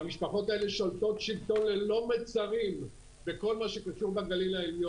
והמשפחות האלה שולטות שלטון ללא מצרים בכל מה שקשור בגליל העליון.